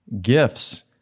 gifts